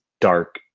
Dark